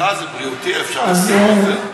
סליחה, זה בריאותי, אפשר לשים את זה.